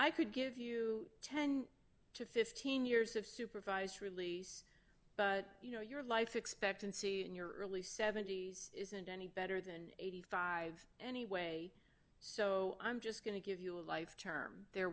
i could give you ten to fifteen years of supervised release but you know your life expectancy in your early seventy's isn't any better than eighty five anyway so i'm just going to give you a life term there